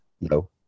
no